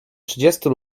trzydziestu